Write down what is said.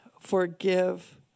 forgive